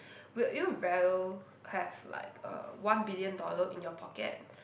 would you rather have like uh one billion dollar in your pocket